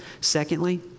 Secondly